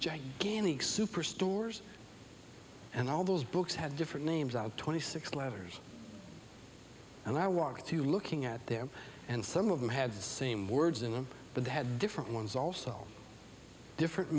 gigantic superstores and all those books had different names out twenty six letters and i walked through looking at them and some of them had the same words in them but they had different ones also different